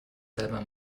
selber